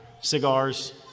cigars